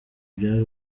byari